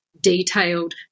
detailed